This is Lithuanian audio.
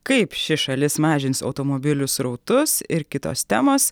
kaip ši šalis mažins automobilių srautus ir kitos temos